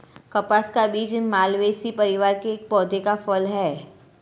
कपास का बीज मालवेसी परिवार के एक पौधे का फल है